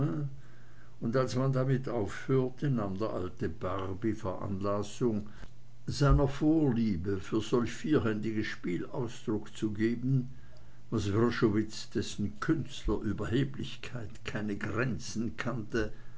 und als man damit aufhörte nahm der alte barby veranlassung seiner vorliebe für solch vierhändiges spiel ausdruck zu geben was wrschowitz dessen künstlerüberheblichkeit keine grenzen kannte